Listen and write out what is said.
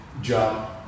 job